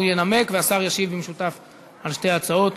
הוא ינמק והשר ישיב במשותף על שתי ההצעות.